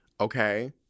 okay